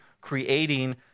creating